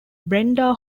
brenda